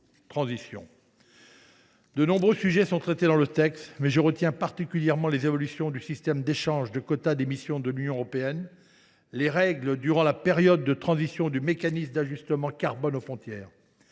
De nombreux sujets sont traités dans le texte, mais je retiens particulièrement les évolutions du système d’échange de quotas d’émission de l’Union européenne et les règles durant la période de transition du mécanisme d’ajustement carbone aux frontières.